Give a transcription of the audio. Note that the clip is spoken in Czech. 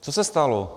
Co se stalo?